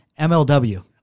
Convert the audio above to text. MLW